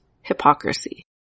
hypocrisy